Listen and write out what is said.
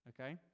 okay